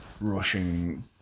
rushing